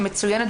מצוינת,